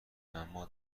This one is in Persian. اما